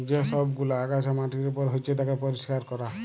যে সব গুলা আগাছা মাটির উপর হচ্যে তাকে পরিষ্কার ক্যরা